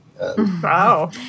Wow